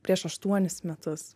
prieš aštuonis metus